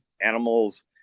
animals